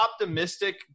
optimistic